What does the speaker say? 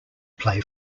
play